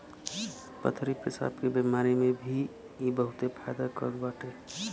पथरी पेसाब के बेमारी में भी इ बहुते फायदा करत बाटे